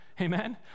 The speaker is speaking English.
amen